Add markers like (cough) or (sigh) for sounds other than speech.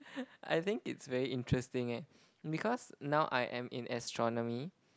(laughs) I think it's very interesting eh because now I am in astronomy